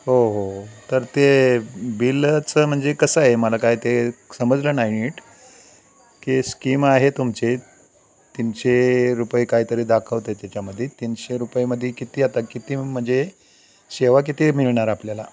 हो हो तर ते बिलचं म्हणजे कसं आहे मला काय ते समजलं नाही नीट की स्कीम आहे तुमचे तीनशे रुपये कायतरी दाखवते त्याच्यामध्ये तीनशे रुपयेमध्ये किती आता किती म्हणजे सेवा किती मिळणार आपल्याला